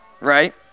Right